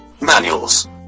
manuals